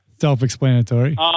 Self-explanatory